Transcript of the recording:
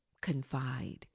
confide